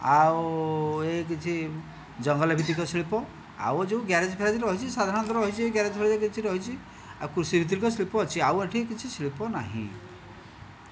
ଆଉ ଏହି କିଛି ଜଙ୍ଗଲଭିତ୍ତିକ ଶିଳ୍ପ ଆଉ ଯେଉଁ ଗ୍ୟାରେଜ୍ ଫ୍ୟାରେଜ୍ ରହିଛି ସାଧାରଣତଃ ରହିଛି ଗ୍ୟାରେଜ୍ ଫ୍ୟାରେଜ୍ କିଛି ରହିଛି ଆଉ କୃଷିଭିତ୍ତିକ ଶିଳ୍ପ ଅଛି ଆଉ ଏଠି କିଛି ଶିଳ୍ପ ନାହିଁ